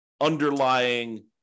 underlying